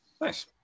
Nice